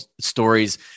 stories